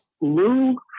Lou